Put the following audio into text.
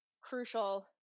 crucial